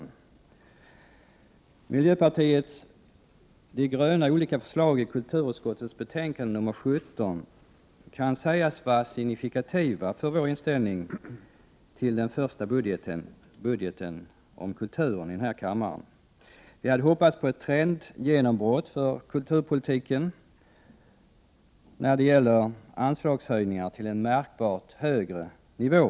De olika förslag från miljöpartiet de gröna som tas upp i kulturutskottets betänkande nr 17 kan sägas vara signifikativa för vår inställning till den första budget om kulturen som behandlas här i kammaren. Vi hade hoppats på ett trendgenombrott för kulturen, på höjningar av anslagen till en märkbart högre nivå.